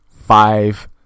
Five